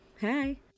Hi